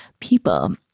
people